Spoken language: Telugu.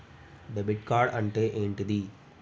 డెబిట్ కార్డ్ అంటే ఏంటిది?